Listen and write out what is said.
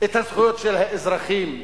את הזכויות של האזרחים הפשוטים.